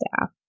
staff